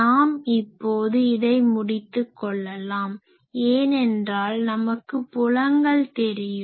நாம் இப்போது இதை முடித்துக் கொள்ளலாம் ஏனென்றால் நமக்கு புலங்கள் தெரியும்